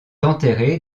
enterré